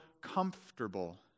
comfortable